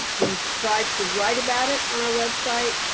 we tried to write about it on our website.